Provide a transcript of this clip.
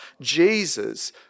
Jesus